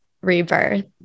rebirth